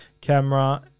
Camera